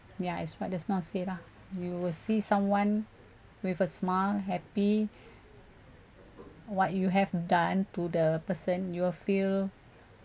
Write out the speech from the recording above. ya is what just now say lah you will see someone with a smile happy what you have done to the person you will feel